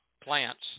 plants